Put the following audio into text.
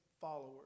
followers